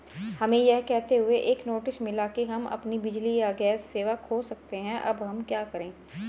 हमें यह कहते हुए एक नोटिस मिला कि हम अपनी बिजली या गैस सेवा खो सकते हैं अब हम क्या करें?